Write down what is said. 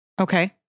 Okay